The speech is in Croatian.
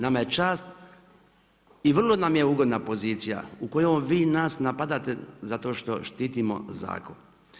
Nama je čast i vrlo nam je ugodna pozicija u kojoj vi nas napadate za to što štitimo zakon.